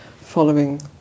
following